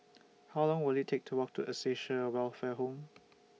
How Long Will IT Take to Walk to Acacia Welfare Home